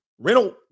rental